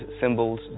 symbols